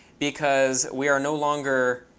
because we are no longer